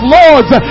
lords